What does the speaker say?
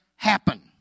Happen